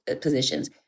positions